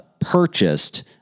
purchased